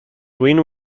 green